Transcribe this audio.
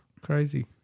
Crazy